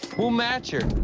we'll match her.